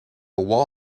wall